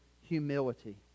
humility